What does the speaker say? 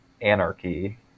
Anarchy